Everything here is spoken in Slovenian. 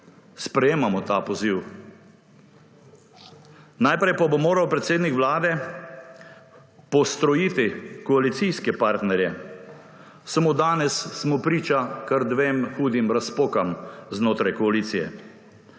Sprejemamo ta poziv. Najprej pa bo moral predsednik vlade postrojiti koalicijske partnerje. Samo danes smo priča kar dvem hudim razpokam znotraj koalicije.